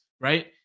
right